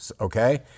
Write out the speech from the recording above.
okay